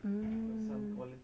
mm